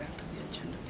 the agenda